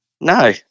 No